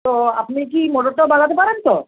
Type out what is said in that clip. তো আপনি কি মোটরটাও বাগাতে পারেন তো